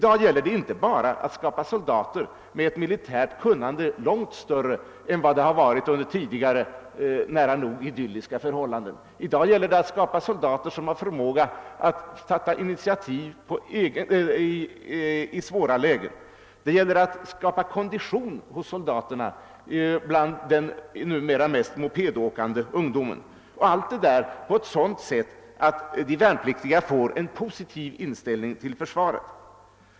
Nu gäller det inte bara att skapa soldater med ett militärt kunnande långt större än under tidigare, nära nog idylliska förhållanden; i dag gäller det att skapa soldater som har förmåga att ta initiativ i svåra lägen och det gäller att skapa kondition hos den numera mest mopedåkande ungdomen — och allt detta på ett sådant sätt att de värnpliktiga får en positiv inställning till försvaret.